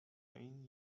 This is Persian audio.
این